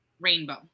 Rainbow